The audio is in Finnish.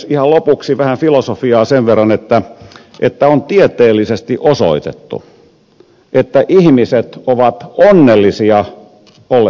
ihan lopuksi vähän filosofiaa sen verran että on tieteellisesti osoitettu että ihmiset ovat onnellisia ollessaan luonnossa